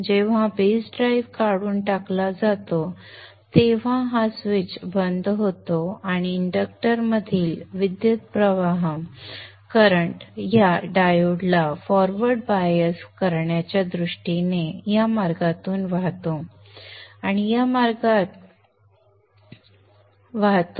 जेव्हा base drive काढून टाकला जातो तेव्हा हा स्विच बंद होतो आणि इंडक्टरमधील करंट या डायोडला फॉरवर्ड बायस करण्याच्या दृष्टीने या मार्गातून वाहतो आणि या मार्गात वाहतो संदर्भ वेळ 1253